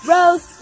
Rose